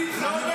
אני רוצה להודות,